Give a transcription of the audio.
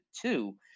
two